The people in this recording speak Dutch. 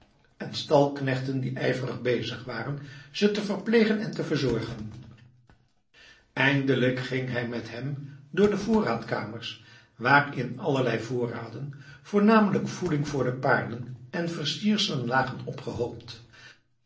en stalknechten die ijverig bezig waren ze te verplegen en te verzorgen eindelijk ging hij met hem door de voorraadkamers waarin allerlei voorraden voornamelijk voeding voor de paarden en versierselen lagen opgehoopt